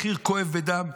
מחיר כואב בדם,